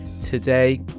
today